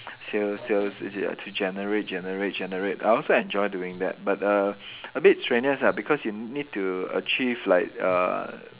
sales sales to generate generate generate I also enjoy doing that but err a bit strenuous ah because you need to achieve like uh